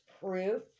proof